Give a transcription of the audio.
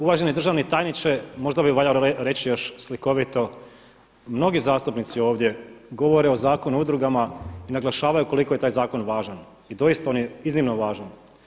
Uvaženi državni tajniče možda bi valjalo reći još slikovito, mnogi zastupnici ovdje govore o Zakonu o udrugama i naglašavaju koliko je taj zakon važan i doista on je iznimno važan.